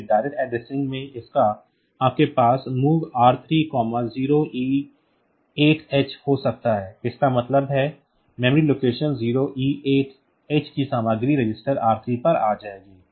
फिर direct addressing में इसलिए आपके पास MOV R30E8h हो सकता है इसका मतलब है कि मेमोरी लोकेशन 0E8h की सामग्री रजिस्टर R3 पर आ जाएगी